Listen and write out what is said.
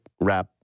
wrap